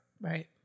right